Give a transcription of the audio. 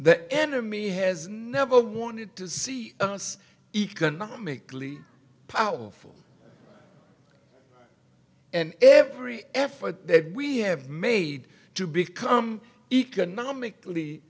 the enemy has never wanted to see us economically powerful and every effort that we have made to become economically